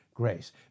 grace